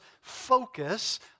focus